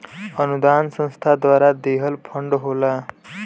अनुदान संस्था द्वारा दिहल फण्ड होला